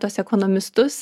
tuos ekonomistus